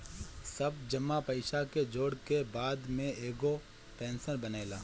सब जमा पईसा के जोड़ के बाद में एगो पेंशन बनेला